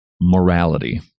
Morality